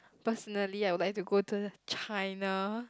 personally I would like to go to China